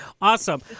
Awesome